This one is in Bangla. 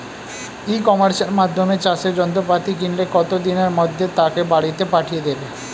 ই কমার্সের মাধ্যমে চাষের যন্ত্রপাতি কিনলে কত দিনের মধ্যে তাকে বাড়ীতে পাঠিয়ে দেবে?